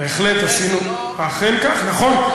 אכן כך, נכון.